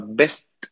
best